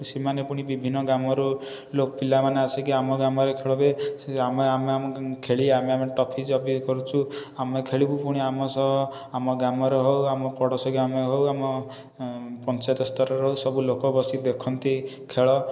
ସେମାନେ ପୁଣି ବିଭିନ୍ନ ଗ୍ରାମରୁ ପିଲାମାନେ ଆସିକି ଆମ ଗ୍ରାମରେ ଖେଳିବେ ଆମେ ଆମ ଆମ ଖେଳି ଆମେ ଆମ ଟ୍ରଫି କରୁଛୁ ଆମେ ଖେଳିବୁ ପୁଣି ଆମ ସହ ଆମ ଗ୍ରାମର ହେଉ ଆମ ପଡ଼ୋଶୀ ଗ୍ରାମର ହେଉ ଆମ ପଞ୍ଚାୟତ ସ୍ତରର ହେଉ ସବୁ ଲୋକ ବସି ଦେଖନ୍ତି ଖେଳ